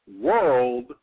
world